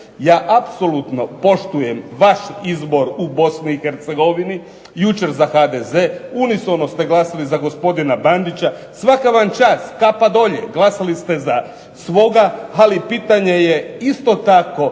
Ja apsolutno poštujem vaš izbor u BiH, jučer za HDZ,unisono ste glasali za gospodina Bandića. Svaka vam čast, kapa dolje! Glasali ste za svoga, ali pitanje je isto tako